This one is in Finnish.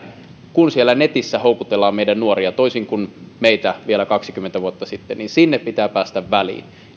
kun siellä netissä houkutellaan meidän nuoria toisin kuin meitä vielä kaksikymmentä vuotta sitten niin sinne pitää päästä väliin